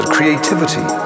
Creativity